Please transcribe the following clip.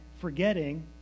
forgetting